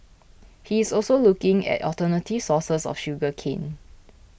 he is also looking at alternative sources of sugar cane